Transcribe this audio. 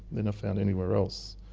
and found anywhere else,